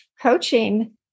coaching